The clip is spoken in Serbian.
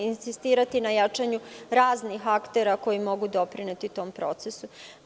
Insistirati na jačanju raznih aktera koji mogu doprineti tom procesu.